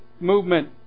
movement